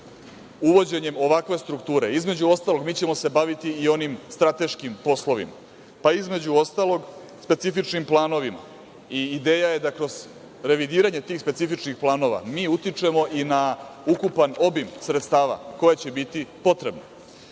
pitanje. Uvođenjem ovakve strukture, između ostalog, mi ćemo se baviti i onim strateškim poslovima, pa između ostalog specifičnim planovima. Ideja je da kroz revidiranje tih specifičnih planova mi utičemo i na ukupan obim sredstava koja će biti potrebna. Dalje,